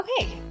Okay